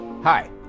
Hi